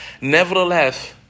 Nevertheless